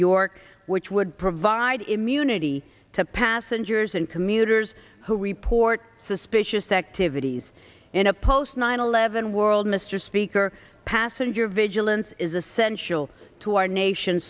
york which would provide immunity to passengers and commuters who report suspicious activities in a post nine eleven world mr speaker passenger vigilance is essential to our nation